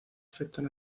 afectan